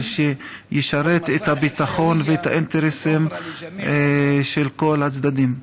שישרת את הביטחון ואת האינטרסים של כל הצדדים.